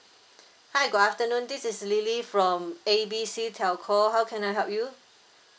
hi good afternoon this is lily from A B C telco how can I help you